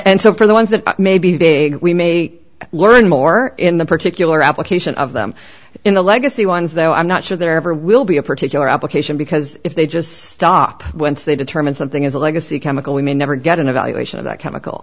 and so for the ones that may be big we may learn more in the particular application of them in the legacy ones though i'm not sure there ever will be a particular application because if they just stop once they determine something is a legacy chemical we may never get an evaluation of that chemical